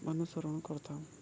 ଅନୁସରଣ କରିଥାଉ